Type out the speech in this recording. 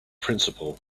principle